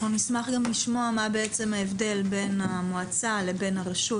אנחנו נשמח גם לשמוע מה בעצם ההבדל בין המועצה לבין הרשות,